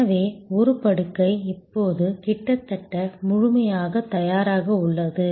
எனவே ஒரு படுக்கை இப்போது கிட்டத்தட்ட முழுமையாக தயாராக உள்ளது